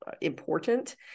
important